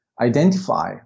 identify